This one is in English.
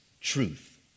truth